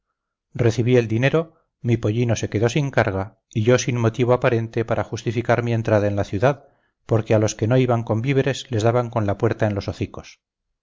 recibí el dinero mi pollino se quedó sin carga y yo sin motivo aparente para justificar mi entrada en la ciudad porque a los que no iban con víveres les daban con la puerta en los hocicos